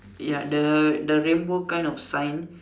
ya the the rainbow kind of sign